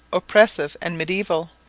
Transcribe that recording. oppressive, and mediaeval.